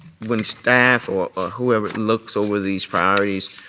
when staff or whoever looks over these priorities,